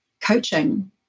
coaching